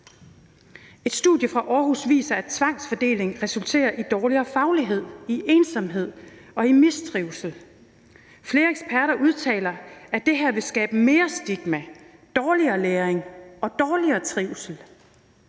Et studie fra Aarhus viser, at tvangsfordeling resulterer i dårligere faglighed, i ensomhed og i mistrivsel. Flere eksperter udtaler, at det her vil skabe mere stigma, dårligere læring og dårligere trivsel.